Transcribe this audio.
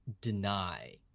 deny